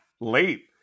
Late